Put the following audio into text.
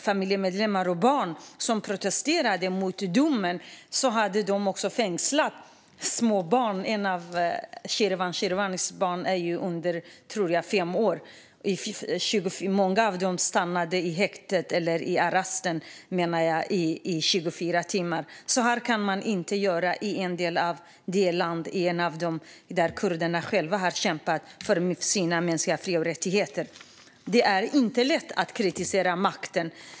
Familjemedlemmar som protesterat mot domen har fängslats, till och med småbarn. Ett av Sherwan Sherwanis barn är under fem år, tror jag. Många av dem stannade i arresten i 24 timmar. Så här kan man inte göra i en del av ett land där kurderna själva har kämpat för sina mänskliga fri och rättigheter. Det är inte lätt att kritisera makten.